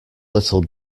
little